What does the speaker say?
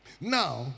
Now